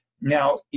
Now